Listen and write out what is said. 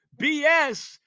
BS